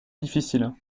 difficile